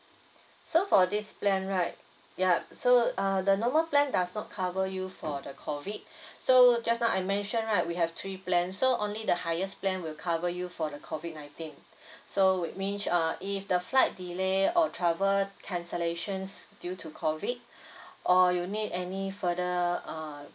so for this plan right yup so uh the normal plan does not cover you for the COVID so just now I mentioned right we have three plans so only the highest plan will cover you for the COVID nineteen so which means uh if the flight delay or travel cancellations due to COVID or you need any further err